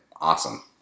Awesome